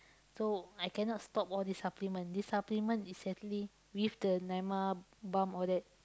so I cannot stop all this supplement this supplement is actually with the Naimah balm all that